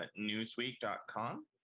newsweek.com